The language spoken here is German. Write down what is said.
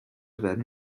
werden